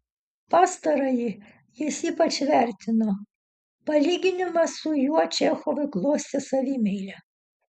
pastarąjį jis ypač vertino palyginimas su juo čechovui glostė savimeilę